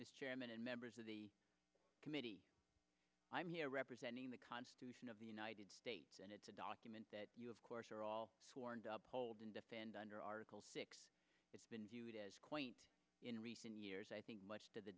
chairman and members of the committee i'm here representing the constitution of the united states and it's a document that you of course are all sworn to uphold and defend under article six it's been due to squint in recent years i think much to the